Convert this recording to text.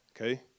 okay